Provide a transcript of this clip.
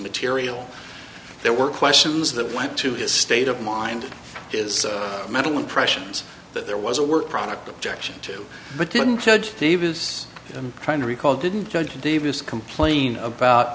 material there were questions that went to his state of mind is mental impressions that there was a work product objection to but didn't judge steve's i'm trying to recall didn't judge a devious complain about